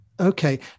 Okay